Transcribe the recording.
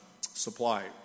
Supply